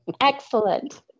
Excellent